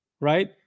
right